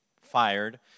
fired